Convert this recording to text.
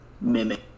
mimic